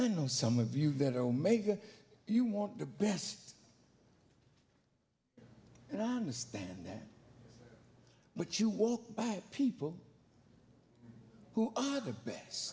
i know some of you that omega you want the best and i understand that but you walk by people who are the best